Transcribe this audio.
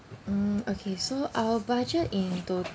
mm okay so our budget into